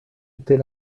était